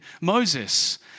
Moses